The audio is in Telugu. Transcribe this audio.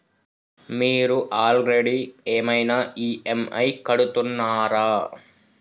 మీరు ఆల్రెడీ ఏమైనా ఈ.ఎమ్.ఐ కడుతున్నారా?